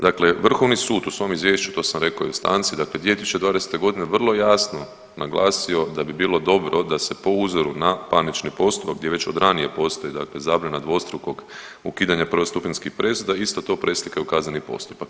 Dakle, Vrhovni sud u svom izvješću to sam rekao i u stanci, dakle 2020. godine vrlo jasno naglasio da bi bilo dobro da se po uzoru na parnički postupak gdje već od ranije postoji, dakle zabrana dvostrukog ukidanja prvostupanjskih presuda isto to preslika i u kazneni postupak.